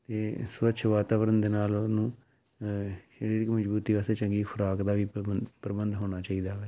ਅਤੇ ਸਵੱਛ ਵਾਤਾਵਰਨ ਦੇ ਨਾਲ ਉਹਨੂੰ ਮਜਬੂਤੀ ਵਾਸਤੇ ਚੰਗੀ ਖੁਰਾਕ ਦਾ ਵੀ ਪ੍ਰਬੰਧ ਪ੍ਰਬੰਧ ਹੋਣਾ ਚਾਹੀਦਾ ਹੈ